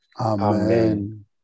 Amen